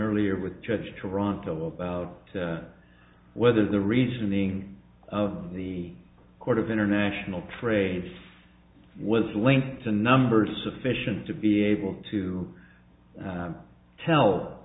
earlier with judge toronto about whether the reasoning of the court of international trade was linked to numbers sufficient to be able to tell